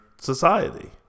society